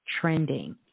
Trending